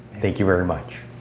thank you very much.